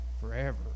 forever